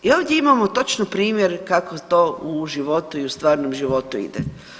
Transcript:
I ovdje imamo točno primjer kako to u životu i u stvarnom životu ide.